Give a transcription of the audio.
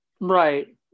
Right